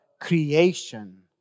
creation